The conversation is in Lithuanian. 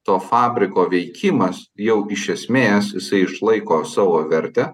to fabriko veikimas jau iš esmės jisai išlaiko savo vertę